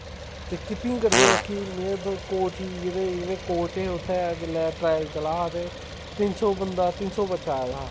ते कीपींग करदे बाकी में ते कोच ही जेह्ड़े जेह्ड़े कोच हे उत्थै जेल्लै टराएल चला दा हा ते तिन सौ बंदा तिन सौ बच्चा आए दा हा